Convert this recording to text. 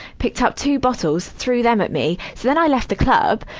picked up two bottles, threw them at me. so then i left the club.